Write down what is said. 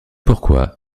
pourquoi